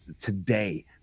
today